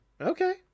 Okay